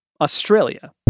Australia